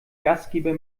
gastgeber